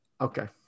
Okay